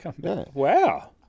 Wow